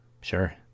sure